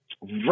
Right